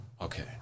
okay